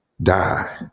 die